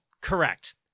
correct